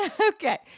Okay